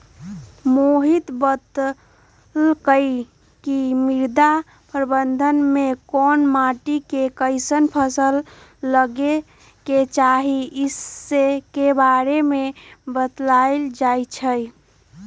मोहित बतलकई कि मृदा प्रबंधन में कोन माटी में कईसन फसल लगे के चाहि ई स के बारे में बतलाएल जाई छई